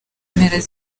mpera